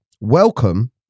welcome